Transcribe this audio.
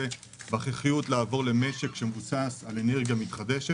וההכרחיות לעבור למשק שמבוסס על אנרגיה מתחדשת.